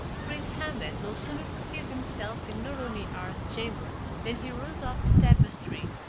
prince ahmed no sooner perceived himself in nouronnihar's chamber than he rose off the tapestry,